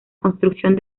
construcción